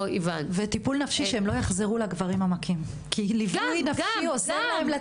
וטיפול נפשי שלא יחזרו לגברים המכים כי ליווי נפשי עוזר להם לצאת מזה.